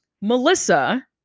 Melissa